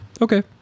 okay